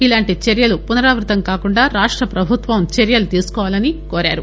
ఇలాంటి చర్యలు పునరావృతం కాకుండా రాష్ట ప్రభుత్వం చర్యలు తీసుకోవాలని కోరారు